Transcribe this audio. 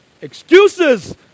excuses